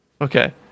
Okay